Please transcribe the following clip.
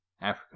Africa